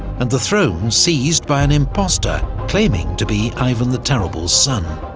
and the throne seized by an impostor claiming to be ivan the terrible's son.